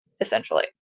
essentially